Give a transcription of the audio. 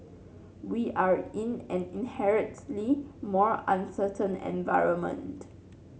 we are in an inherently more uncertain environment